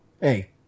Hey